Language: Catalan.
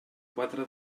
quatre